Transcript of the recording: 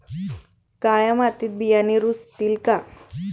काळ्या मातीत बियाणे रुजतील का?